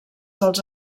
dels